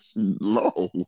No